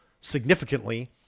significantly